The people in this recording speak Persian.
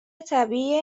طبیعیه